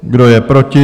Kdo je proti?